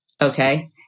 okay